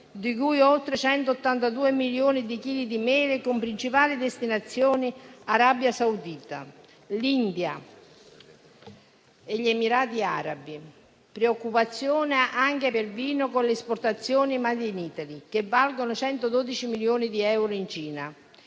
di cui oltre 182 milioni di chili di mele, con principali destinazioni Arabia Saudita, India ed Emirati arabi. Ci sono preoccupazioni anche per il vino, con le esportazioni *made in Italy* che valgono 112 milioni di euro in Cina.